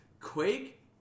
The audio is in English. Quake